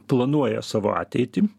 planuoja savo ateitį